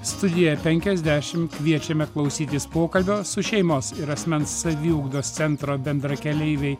studija penkiasdešimt kviečiame klausytis pokalbio su šeimos ir asmens saviugdos centro bendrakeleiviai